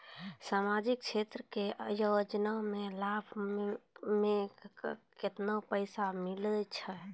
समाजिक क्षेत्र के योजना के लाभ मे केतना पैसा मिलै छै?